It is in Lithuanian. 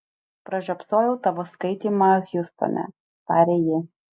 pražiopsojau tavo skaitymą hjustone tarė ji